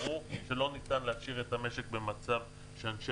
ברור שלא ניתן להשאיר את המשק במצב שאנשי